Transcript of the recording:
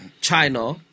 China